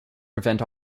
prevent